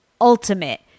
ultimate